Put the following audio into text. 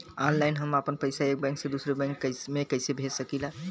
Online हम आपन पैसा एक बैंक से दूसरे बैंक में कईसे भेज सकीला?